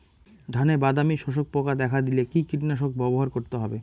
ধানে বাদামি শোষক পোকা দেখা দিলে কি কীটনাশক ব্যবহার করতে হবে?